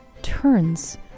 turns